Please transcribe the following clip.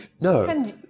no